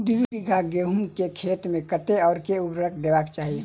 दु बीघा गहूम केँ खेत मे कतेक आ केँ उर्वरक देबाक चाहि?